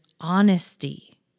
honesty